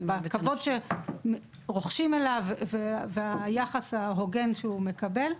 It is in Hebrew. בכבוד שרוכשים אליו וביחס ההוגן שהוא מקבל.